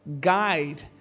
guide